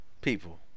People